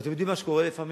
אתם יודעים מה קורה לפעמים?